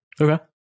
Okay